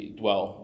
dwell